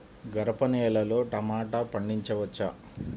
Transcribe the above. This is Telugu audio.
గరపనేలలో టమాటా పండించవచ్చా?